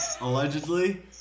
Allegedly